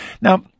Now